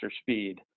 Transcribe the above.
speed